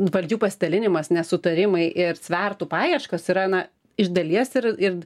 valdžių pasidalinimas nesutarimai ir svertų paieškos yra na iš dalies ir ir